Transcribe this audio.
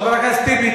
חבר הכנסת טיבי,